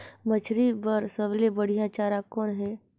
मछरी बर सबले बढ़िया चारा कौन हे?